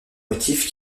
motifs